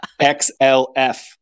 XLF